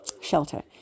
shelter